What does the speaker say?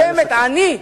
חותמת עני?